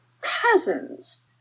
cousins